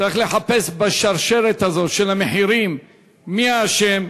צריך לחפש בשרשרת הזאת של המחירים מי האשם,